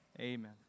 Amen